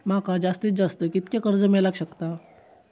माका जास्तीत जास्त कितक्या कर्ज मेलाक शकता?